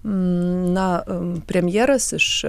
na premjeras iš